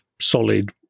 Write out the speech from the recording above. solid